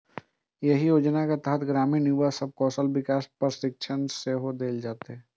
एहि योजनाक तहत ग्रामीण युवा सब कें कौशल विकास प्रशिक्षण सेहो देल जेतै